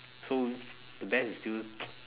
so the best is still